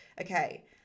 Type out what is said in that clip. okay